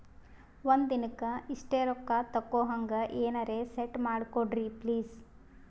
ಒಂದಿನಕ್ಕ ಇಷ್ಟೇ ರೊಕ್ಕ ತಕ್ಕೊಹಂಗ ಎನೆರೆ ಸೆಟ್ ಮಾಡಕೋಡ್ರಿ ಪ್ಲೀಜ್?